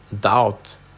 doubt